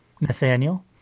nathaniel